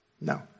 No